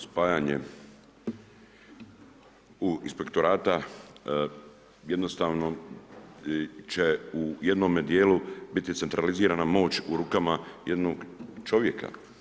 Spajanje inspektorata jednostavno će u jednom dijelu biti centralizirana moć u rukama jednog čovjeka.